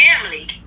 family